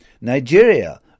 Nigeria